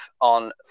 on